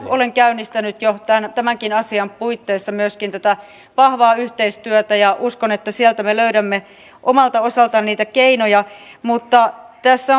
olen käynnistänyt jo myöskin tämän asian puitteissa tätä vahvaa yhteistyötä ja uskon että sieltä me löydämme omalta osaltaan niitä keinoja mutta tässä